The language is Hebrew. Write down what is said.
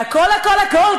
והכול הכול הכול,